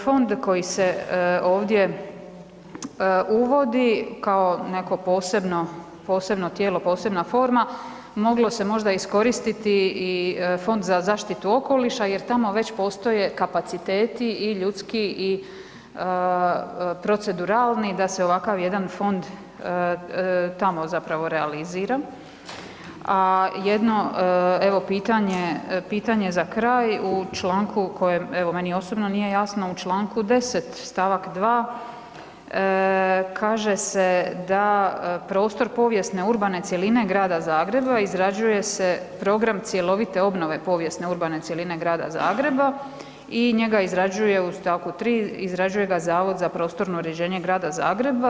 Fond koji se ovdje uvodi kao neko posebno tijelo, posebna forma, moglo se možda iskoristiti i Fond za zaštitu okoliša jer tamo već postoje kapaciteti i ljudski i proceduralni da se ovakav jedan fond tamo zapravo realizira, a jedno, evo, pitanje, pitanje za kraj, u članku u kojem, evo, meni osobno nije jasno, u čl. 10. st. 2. kaže se da prostor povijesne urbane cjeline grada Zagreba izrađuje se Program cjelovite obnove povijesne urbane cjeline grada Zagreba i njega izrađuje u st. 3., izrađuje ga Zavod za prostorno uređenje grada Zagreba.